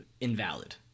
invalid